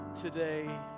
today